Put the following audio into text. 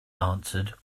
answered